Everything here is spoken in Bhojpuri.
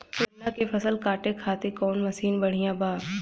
गन्ना के फसल कांटे खाती कवन मसीन बढ़ियां बा?